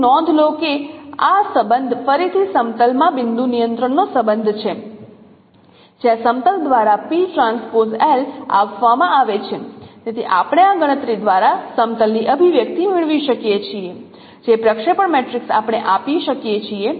તેથી નોંધ લો કે આ સંબંધ ફરીથી સમતલ માં બિંદુ નિયંત્રણનો સંબંધ છે જ્યાં સમતલ દ્વારા આપવામાં આવે છે તેથી આપણે આ ગણતરી દ્વારા સમતલ ની અભિવ્યક્તિ મેળવી શકીએ છીએ જે પ્રક્ષેપણ મેટ્રિક્સ આપણે આપી શકીએ છીએ